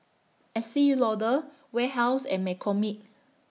Estee Lauder Warehouse and McCormick